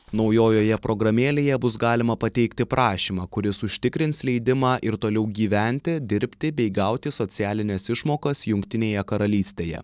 naujojoje programėlėje bus galima pateikti prašymą kuris užtikrins leidimą ir toliau gyventi dirbti bei gauti socialines išmokas jungtinėje karalystėje